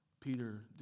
Peter